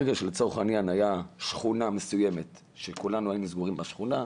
ברגע שלצורך העניין הייתה שכונה מסוימת שכולנו היינו סגורים בשכונה,